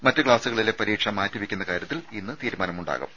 മറ്റ് ക്സാസുകളിലെ പരീക്ഷ മാറ്റിവെയ്ക്കുന്ന കാര്യത്തിൽ ഇന്ന് തീരുമാനമുണ്ടാകും